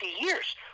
years